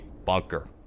Bunker